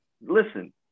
listen